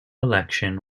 election